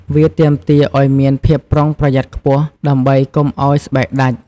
វាទាមទារអោយមានភាពប្រុងប្រយ័ត្នខ្ពស់ ដើម្បីកុំឱ្យស្បែកដាច់។